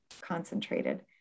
concentrated